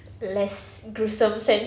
less gruesome sense